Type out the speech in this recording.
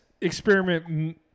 experiment